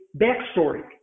backstory